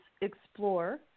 explore